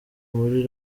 muri